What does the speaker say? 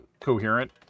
coherent